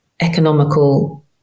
economical